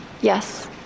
Yes